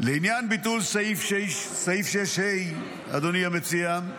לעניין ביטול סעיף 6(ה), אדוני המציע,